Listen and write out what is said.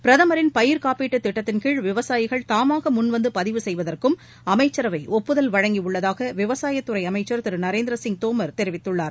பிரதமின் பயிர் காப்பீட்டு திட்டத்தின் கீழ் விவசாயிகள் தாமாக முன்வந்து பதிவு செய்வதற்கும் அமைச்சரவை ஒப்புதல் வழங்கியுள்ளதாக விவசாயத்துறை அமைச்சர் திரு நரேந்திர சிங் தோமர் தெரிவித்துள்ளார்